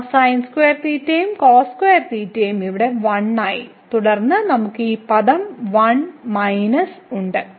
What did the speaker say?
ആ sin2θ യും cos2θ യും ഇവിടെ 1 ആയി തുടർന്ന് നമുക്ക് ഈ പദം 1 മൈനസ് ഉണ്ട്